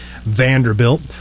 Vanderbilt